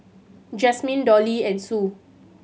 Jazmine Dolly and Sue